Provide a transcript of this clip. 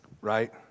right